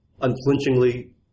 unflinchingly